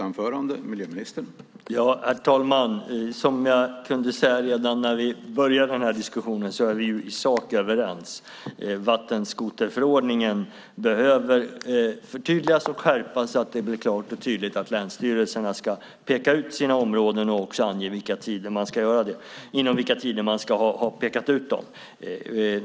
Herr talman! Som jag kunde säga redan när vi började den här diskussionen är vi i sak överens. Vattenskoterförordningen behöver förtydligas och skärpas så att det blir klart och tydligt att länsstyrelserna ska peka ut sina områden och också ange inom vilka tider man ska ha pekat ut dem.